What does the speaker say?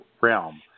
realm